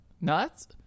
Nuts